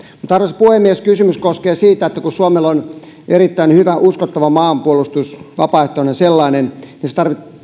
arvoisa puhemies kysymys koskee sitä että kun suomella on erittäin hyvä uskottava maanpuolustus vapaaehtoinen sellainen niin se